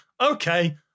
okay